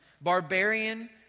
barbarian